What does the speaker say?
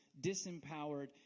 disempowered